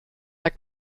der